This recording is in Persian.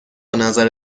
نظر